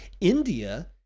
India